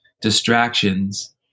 distractions